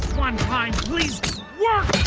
one time please work!